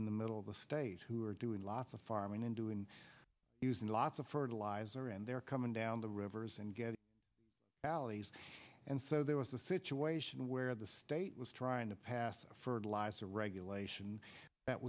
in the middle of the state who are doing lots of farming and doing using lots of fertilizer and they're coming down the rivers and getting alleys and so there was a situation where the state was trying to pass for lies a regulation that